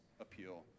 appeal